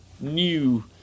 new